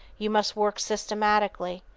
you must work systematically.